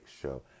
show